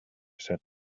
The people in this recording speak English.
said